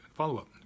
Follow-up